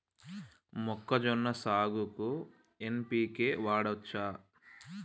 మొక్కజొన్న సాగుకు ఎన్.పి.కే వాడచ్చా?